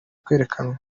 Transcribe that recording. kwerekanwa